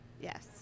Yes